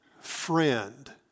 friend